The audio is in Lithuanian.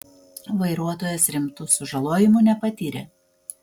vairuotojas rimtų sužalojimų nepatyrė